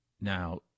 Now